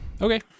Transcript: Okay